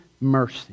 mercy